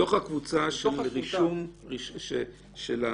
-- מתוך הקבוצה של אלה עם